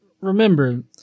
remember